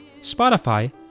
Spotify